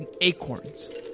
acorns